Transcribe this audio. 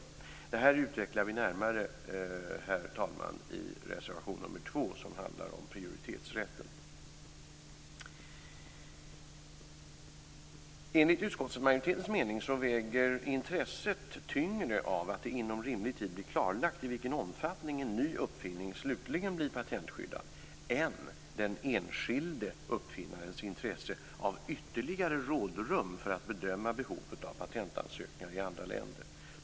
Detta utvecklar vi närmare, herr talman, i reservation nr 2, som handlar om prioritetsrätten. Enligt utskottsmajoritetens mening väger intresset av att det inom rimlig tid blir klarlagt i vilken omfattning en ny uppfinning slutligen blir patentskyddad tyngre än den enskilde uppfinnarens intresse av ytterligare rådrum för att bedöma behovet av patentansökningar i andra länder.